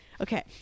okay